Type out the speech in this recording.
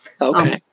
Okay